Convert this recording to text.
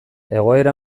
egoera